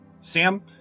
Sam